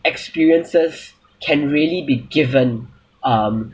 experiences can really be given um